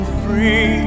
free